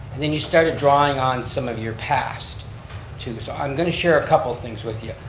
and then you started drawing on some of your pasts too, so i'm going to share a couple things with you.